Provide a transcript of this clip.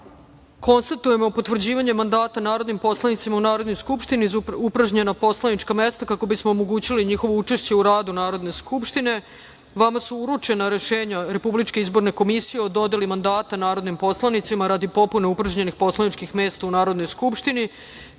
konstatujemo potvrđivanje mandata narodnom poslaniku u Narodnoj skupštini za upražnjeno poslaničko mesto, kako bismo omogućili njegovo učešće u radu Narodne skupštine. Uručeno vam je Rešenje RIK o dodeli mandata narodnom poslaniku radi popune upražnjenog poslaničkog mesta u Narodnoj skupštini